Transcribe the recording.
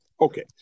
Okay